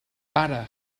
pare